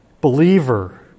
Believer